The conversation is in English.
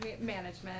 Management